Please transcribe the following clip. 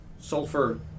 sulfur